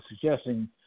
suggesting